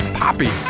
poppy